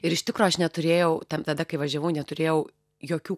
ir iš tikro aš neturėjau tam tada kai važiavau neturėjau jokių